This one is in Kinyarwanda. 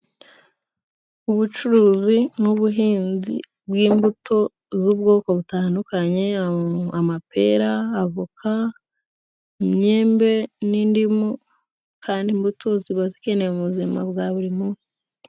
Ubucuruzi n'ubuhinzi bw’imbuto z’ubwoko butandukanye: amapera, avoka, imyembe n’indimu, kandi imbuto ziba zikenewe mu buzima bwa buri munsi.